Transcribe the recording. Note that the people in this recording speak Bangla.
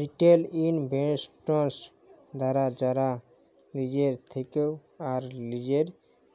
রিটেল ইনভেস্টর্স তারা যারা লিজের থেক্যে আর লিজের